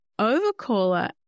overcaller